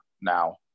now